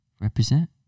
Represent